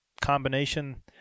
combination